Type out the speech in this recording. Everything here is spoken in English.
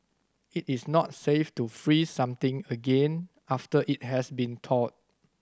it is not safe to freeze something again after it has been thawed